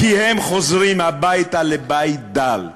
כי הם חוזרים הביתה לבית דל,